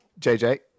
JJ